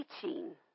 teaching